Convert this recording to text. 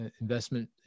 investment